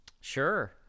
Sure